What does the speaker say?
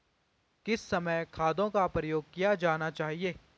किस समय खादों का प्रयोग किया जाना चाहिए?